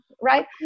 right